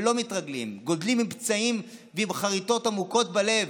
ולא מתרגלים וגדלים עם פצעים ועם חריטות עמוקות בלב,